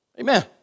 Amen